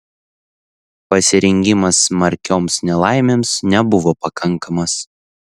pasirengimas smarkioms nelaimėms nebuvo pakankamas